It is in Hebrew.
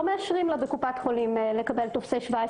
לא מאשרים לה בקופת חולים לקבל טופסי 17